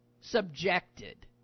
subjected